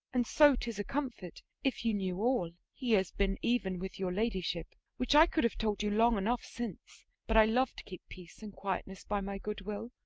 and so tis a comfort, if you knew all. he has been even with your ladyship which i could have told you long enough since, but i love to keep peace and quietness by my good will.